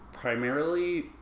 primarily